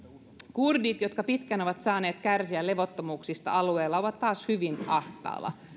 kurdit jotka pitkään ovat saaneet kärsiä levottomuuksista alueella ovat taas hyvin ahtaalla